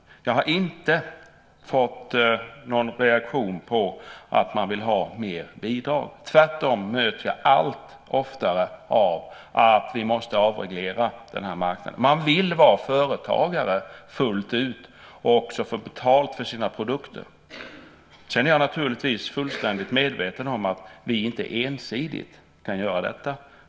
Jag har inte fått någon reaktion om att man vill ha mer bidrag. Tvärtom möter jag allt oftare uppfattningen att vi måste avreglera den här marknaden. Man vill vara företagare fullt ut och också få betalt för sina produkter. Sedan är jag naturligtvis fullständigt medveten om att vi inte ensidigt kan göra detta.